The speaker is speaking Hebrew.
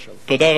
תודה.